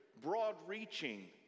broad-reaching